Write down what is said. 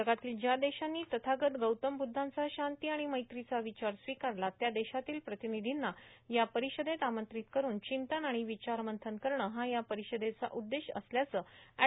जगातील ज्या देशांनी तथागत गौतम बुद्धांचा शांती आणि मैत्रीचा विचार स्वीकारला त्या देशातील प्रतिनिधोंना या पर्परषदेत आमंत्रित करून र्मचतन आणि विचार मंथन करणं हा या र्पारषदेचा उद्देश असल्याचं अॅड